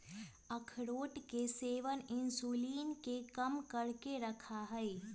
अखरोट के सेवन इंसुलिन के कम करके रखा हई